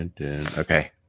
Okay